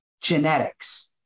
genetics